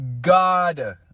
God